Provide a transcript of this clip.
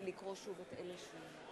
סיימנו את הרשימה?